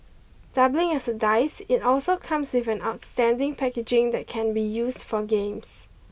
doubling as a dice it also comes if an outstanding packaging that can be used for games